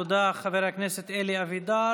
תודה, חבר הכנסת אלי אבידר.